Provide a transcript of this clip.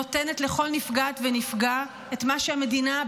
נותנת לכל נפגעת ונפגע את מה שהמדינה,